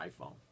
iPhone